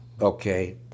okay